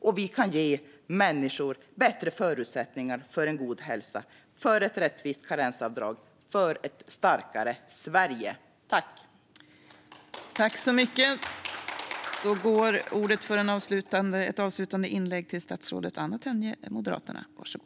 Vi kan också ge människor bättre förutsättningar för en god hälsa - för ett rättvist karensavdrag och för ett starkare Sverige!